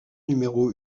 numéro